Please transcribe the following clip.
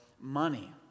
money